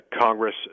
Congress